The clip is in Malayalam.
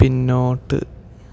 പിന്നോട്ട്